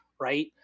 right